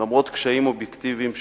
למרות קשיים אובייקטיביים שיפורטו,